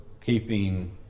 keeping